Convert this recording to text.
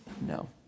no